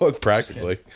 Practically